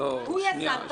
הוא יזם את החוק,